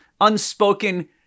unspoken